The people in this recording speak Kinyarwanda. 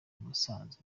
musanze